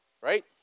right